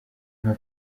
nka